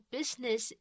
Business